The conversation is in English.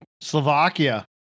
slovakia